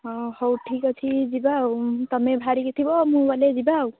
ହଁ ହଉ ଠିକ୍ ଅଛି ଯିବା ଆଉ ତୁମେ ବାହାରିକି ଥିବ ମୁଁ ଗଲେ ଯିବା ଆଉ